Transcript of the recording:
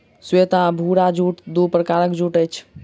श्वेत आ भूरा जूट दू प्रकारक जूट अछि